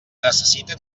necessite